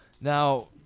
Now